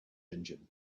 engine